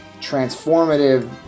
transformative